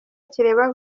kireba